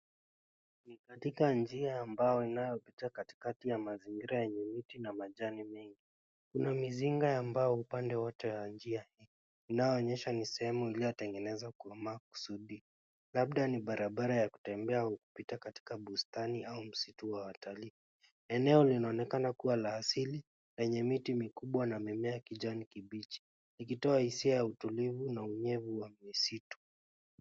Ni katika njia ya mbao inayopita katikati ya mazingira yenye miti na majani mengi. Kuna mizinga ya mbao upande wote ya njia hii unaoonyesha ni sehemu iliyotengenezwa kwa maksudi labda ni barabara ya kutembea au kupita katika bustani au msitu wa watalii. Eneo linaonekana kuwa la asili lenye miti mikubwa na mimea ya kijani kibichi ikitoa hisia ya utulivu na unyevu wa misitu.